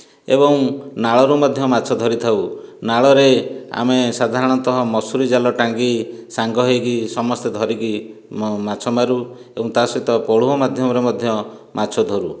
ଏବଂ ନାଳରୁ ମଧ୍ୟ ମାଛ ଧରି ଥାଉ ନାଳରେ ଆମେ ସାଧାରଣତଃ ମଶୁରି ଜାଲ ଟାଙ୍ଗି ସାଙ୍ଗ ହୋଇକି ସମସ୍ତେ ଧରିକି ମାଛ ମାରୁ ଏବଂ ତା ସହିତ ପଳୁହ ମାଧ୍ୟମରେ ମଧ୍ୟ ମାଛ ଧରୁ